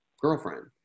girlfriend